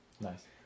nice